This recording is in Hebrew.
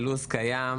זה לוח זמנים קיים,